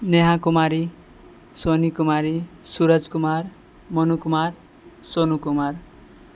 Neha Kumari Soni Kumari Suraj Kumar Monu Kumar Sonu Kumar